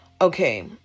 Okay